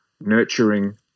nurturing